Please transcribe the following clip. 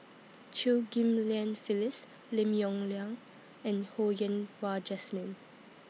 Chew Ghim Lian Phyllis Lim Yong Liang and Ho Yen Wah Jesmine